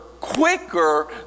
quicker